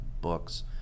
books